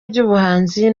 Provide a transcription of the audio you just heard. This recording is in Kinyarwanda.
by’ubuhanzi